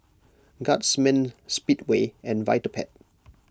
Guardsman Speedway and Vitapet